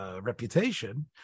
reputation